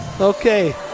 okay